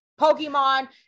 Pokemon